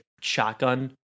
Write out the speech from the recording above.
shotgun